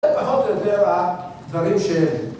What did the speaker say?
זה, פחות או יותר, הדברים ש...